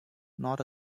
not